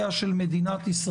צעירות?